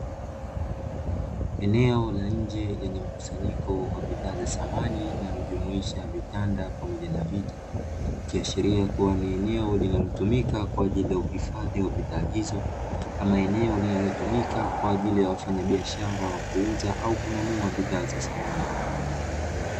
Eneo la nje lenye mkusanyiko wa bidhaa za samani vinavyo jumuisha vitanda, pamoja na viti iki ashilia kua ni eneo linalo tumika kwaajili ya uhifadhi wa bidhaa izo ama eneo linalo tumika kwaajili ya wafanya biashara wa kuuza ama kununua bidhaa za samani.